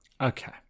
Okay